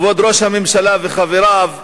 כבוד ראש הממשלה וחבריו,